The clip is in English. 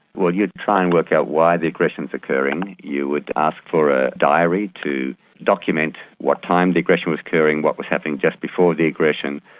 well you'd try and work out why the aggression is occurring, you would ask for a diary to document what time the aggression was occurring, what was happening just before the aggression,